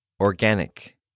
Organic